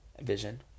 vision